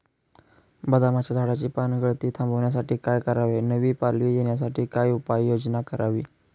बदामाच्या झाडाची पानगळती थांबवण्यासाठी काय करावे? नवी पालवी येण्यासाठी काय उपाययोजना करावी?